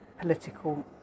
political